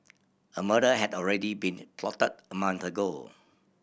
a murder had already been plotted a month ago